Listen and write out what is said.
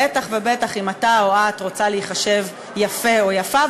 בטח ובטח אם אתה או את רוצה להיחשב יפֶה או יפָה,